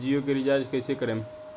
जियो के रीचार्ज कैसे करेम?